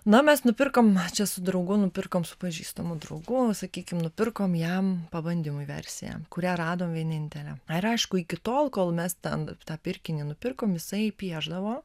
na mes nupirkom čia su draugu nupirkom su pažįstamu draugu sakykim nupirkom jam pabandymui versiją kurią radom vienintelę ar aišku iki tol kol mes ten tą pirkinį nupirkom jisai piešdavo